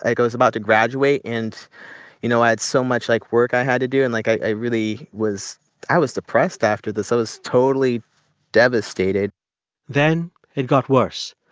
i was about to graduate. and you know, i had so much, like, work i had to do. and, like, i really was i was depressed after this. i was totally devastated then it got worse.